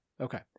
Okay